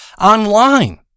online